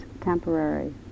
temporary